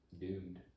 Doomed